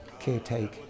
caretake